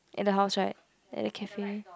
at the house right at the cafe